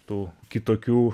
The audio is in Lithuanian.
tų kitokių